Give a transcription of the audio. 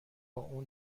اون